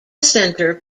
centre